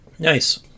Nice